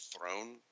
throne